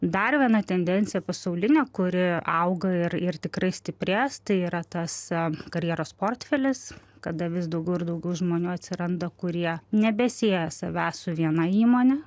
dar viena tendencija pasaulinė kuri auga ir ir tikrai stiprės tai yra tąs karjeros portfelis kada vis daugiau ir daugiau žmonių atsiranda kurie nebesieja savęs su viena įmone